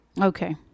Okay